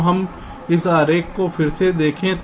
तो हम इस आरेख को फिर से देखें